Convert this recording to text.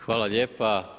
Hvala lijepo.